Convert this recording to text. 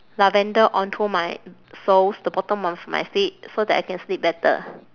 lavender onto my soles the bottom of my feet so that I can sleep better